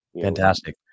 Fantastic